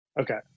Okay